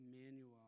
emmanuel